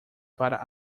para